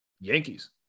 Yankees